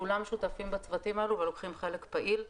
כולם שותפים בצוותים האלה ולוקחים חלק פעיל.